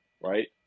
right